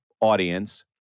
audience